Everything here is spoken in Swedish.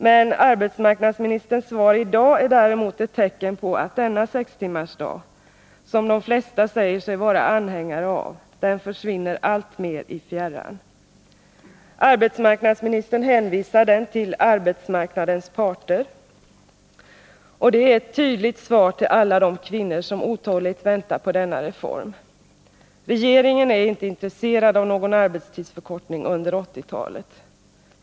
Men arbetsmarknadsministerns svar i dag är ett tecken på att denna sextimmarsdag, som de flesta säger sig vara anhängare av, försvinner alltmer i fjärran. Arbetsmarknadsministern hänvisar den till arbetsmarknadens parter, och det är ett tydligt svar till alla de kvinnor som otåligt väntar på denna reform. Regeringen är inte intresserad av någon arbetstidsförkortning under 1980-talet.